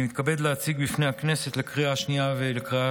אני מתכבד להציג בפני הכנסת לקריאה השנייה ולקריאה